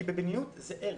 כי בינוניות היא ערך,